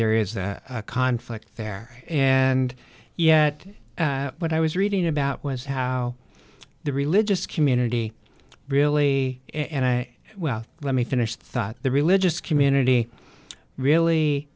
there is that conflict there and yet what i was reading about was how the religious community really and i well let me finish thought the religious community